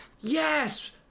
Yes